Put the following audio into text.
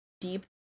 deep